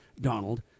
Donald